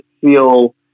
feel